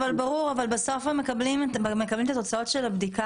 ברור אבל בסוף הם מקבלים את תוצאות הבדיקה